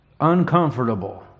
Uncomfortable